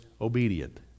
obedient